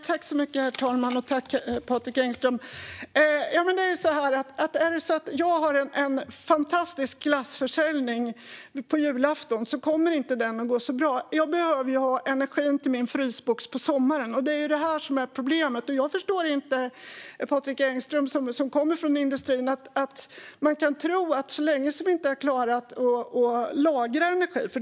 Herr talman! Tack, Patrik Engström! Är det så att jag har en fantastisk glassförsäljning på julafton kommer inte den att gå så bra. Jag behöver ha energi till min frysbox på sommaren. Det är detta som är problemet. Jag förstår inte att Patrik Engström som kommer från industrin kan tro att det ska fungera så länge som vi inte klarar att lagra energi.